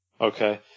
Okay